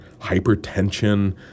hypertension